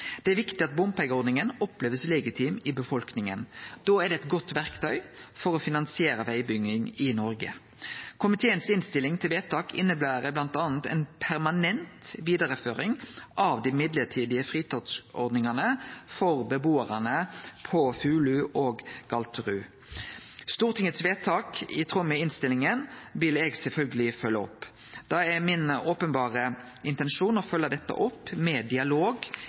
Det er viktig at bompengeordninga blir oppfatta som legitim i befolkninga. Da er det eit godt verktøy for å finansiere vegbygging i Noreg. Komiteen si innstilling til vedtak inneber bl.a. ei permanent vidareføring av dei mellombelse fritaksordningane for bebuarane på Fulu og Galterud. Stortingets vedtak i tråd med innstillinga vil eg sjølvsagt følgje opp. Det er min intensjon å følgje dette opp med dialog